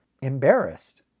embarrassed